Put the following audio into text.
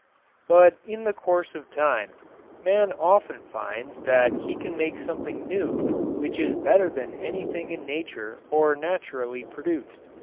but in the course of time man often finds that he can make something new which is better than anything in nature or naturally produced.